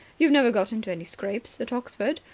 you've never got into any scrapes at oxford.